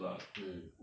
mm